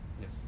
Yes